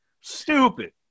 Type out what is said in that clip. Stupid